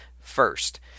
first